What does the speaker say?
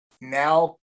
now